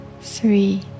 three